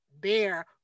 bear